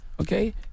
okay